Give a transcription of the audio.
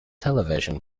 television